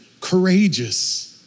courageous